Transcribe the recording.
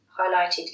highlighted